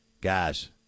Guys